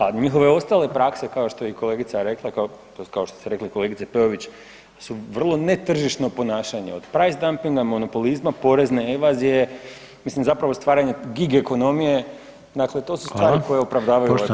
A njihove ostale prakse, kao što je i kolegica rekla, kao što ste rekli kolegice Peović, su vrlo netržišno ponašanje, od preis dampinga, monopolizma, porezne evazije, mislim zapravo stvaranje gig ekonomije, dakle to su stvari koje opravdavaju ovaj porez.